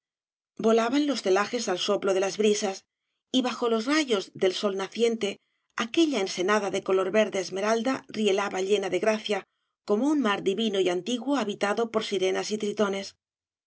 volaban los celajes al soplo de las brisas y bajo los rayos del sol naciente aquella ensenada de color verde esmeralda rielaba llena de gracia como un mar divino y antiguo habitado por sirenas y tritones